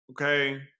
okay